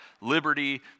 liberty